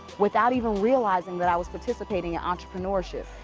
without even realizing that i was participating in entrepreneurship.